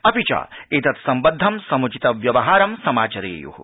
अपि च एतत्सम्बद्धं समुचितव्यवहारं समाचरेयुः